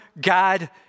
God